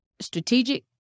strategic